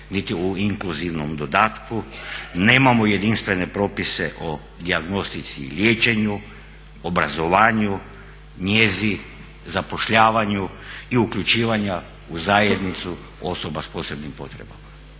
niti u inkluzivnom dodatku, nemamo jedinstvene propise o dijagnostici i liječenju, obrazovanju, njezi, zapošljavanju i uključivanja u zajednicu osoba s posebnim potrebama.